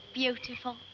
beautiful